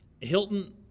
Hilton